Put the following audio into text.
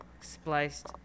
spliced